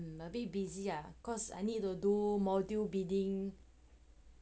maybe busy ah cause I need to do module bidding